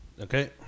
Okay